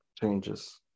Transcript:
changes